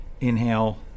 inhale